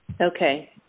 Okay